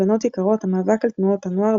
בנות יקרות - המאבק על תנועות הנוער,